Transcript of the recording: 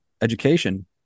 education